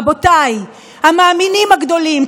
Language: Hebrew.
רבותיי המאמינים הגדולים,